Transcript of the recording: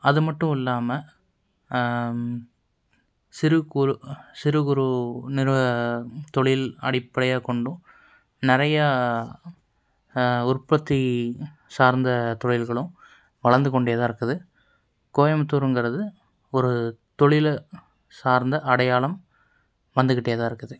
அதுமட்டும் இல்லாமல் சிறுகுறு சிறுகுறு நிறுவன தொழில் அடிப்படையாக கொண்டும் நிறையா உற்பத்தி சார்ந்த தொழில்களும் வளர்ந்து கொண்டே தான் இருக்குது கோயம்புத்தூருங்கிறது ஒரு தொழில் சார்ந்த அடையாளம் வந்துக்கிட்டே தான் இருக்குது